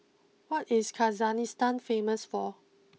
what is Kyrgyzstan famous for